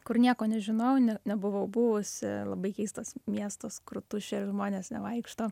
kur nieko nežinojau ne nebuvau buvusi labai keistas miestas kur tuščia ir žmonės nevaikšto